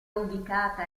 ubicata